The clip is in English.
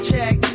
Check